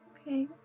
Okay